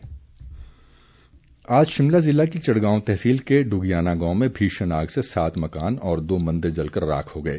आग आज शिमला ज़िला की चिड़गांव तहसील के दुगियाणी गांव में भीषण आग से सात मकान और दो मंदिर जलकर राख हो गए